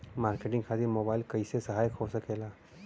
Marketing खातिर mobile कइसे सहायक हो सकेला?